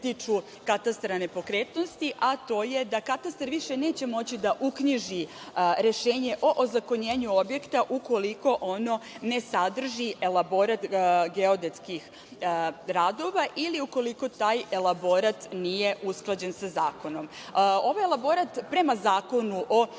tiču katastra nepokretnosti, a to je da Katastar više neće moći da uknjiži rešenje o ozakonjenju objekta ukoliko ono ne sadrži elaborat geodetskih radova ili ukoliko taj elaborat nije usklađen sa zakonom. Ovaj elaborat prema Zakonu o